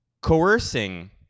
coercing